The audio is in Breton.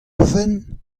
fenn